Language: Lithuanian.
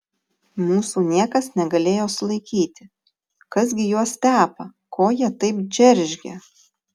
mūsų niekas negalėjo sulaikyti kas gi juos tepa ko jie taip džeržgia